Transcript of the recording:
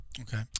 okay